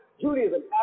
Judaism